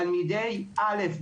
תלמידי א',